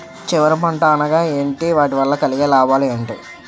చివరి పంట అనగా ఏంటి వాటి వల్ల కలిగే లాభాలు ఏంటి